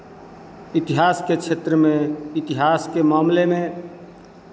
इतिहास के क्षेत्र में इतिहास के मामले में